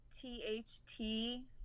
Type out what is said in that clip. T-H-T